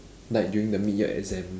like during the mid-year exam